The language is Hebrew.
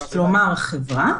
כלומר החברה.